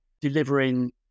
delivering